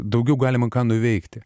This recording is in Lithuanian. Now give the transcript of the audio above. daugiau galima ką nuveikti